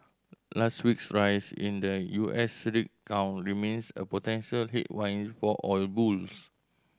last week's rise in the U S rig count remains a potential headwind for oil bulls